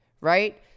right